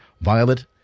Violet